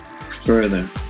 further